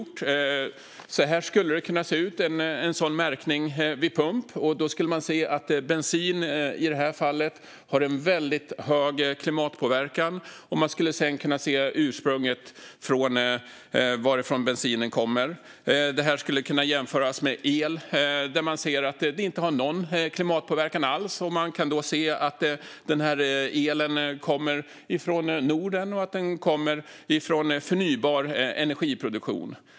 Märkningen vid pump skulle kunna se ut som på papperet jag nu visar. Då skulle man se att bensin - i detta fall - har en väldigt hög klimatpåverkan. Man skulle sedan kunna se ursprunget, alltså varifrån bensinen kommer. Det skulle kunna jämföras med el, som man ser inte har någon klimatpåverkan alls. Man kan, som på papperet jag nu håller upp, se att denna el kommer från Norden och att den kommer från förnybar energiproduktion.